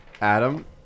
Adam